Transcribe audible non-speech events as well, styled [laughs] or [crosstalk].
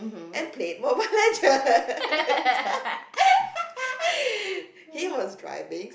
and played Mobile Legends [laughs] he was driving